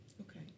Okay